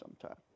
sometime